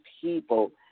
people